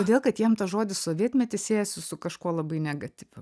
todėl kad jiem tas žodis sovietmetis siejasi su kažkuo labai negatyviu